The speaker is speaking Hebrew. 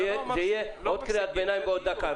זאת תהיה קריאת ביניים בעוד דקה.